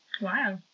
wow